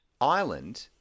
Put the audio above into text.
island